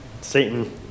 Satan